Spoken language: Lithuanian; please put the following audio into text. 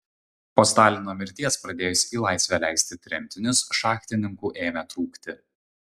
po stalino mirties pradėjus į laisvę leisti tremtinius šachtininkų ėmė trūkti